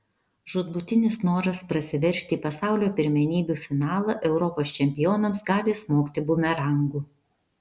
žūtbūtinis noras prasiveržti į pasaulio pirmenybių finalą europos čempionams gali smogti bumerangu